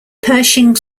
pershing